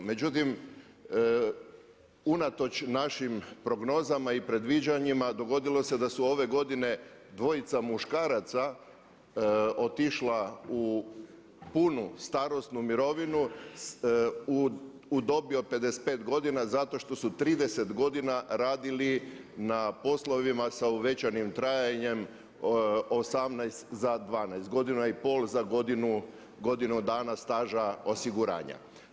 Međutim, unatoč našim prognozama i predviđanjima dogodilo se da su ove godine dvojica muškaraca otišla u punu starosnu mirovinu u dobi od 55 godina zato što su 30 godina radili na poslovima sa uvećanim trajanjem 18 za 12, godina i pol za godinu dana staža osiguranja.